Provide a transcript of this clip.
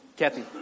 Kathy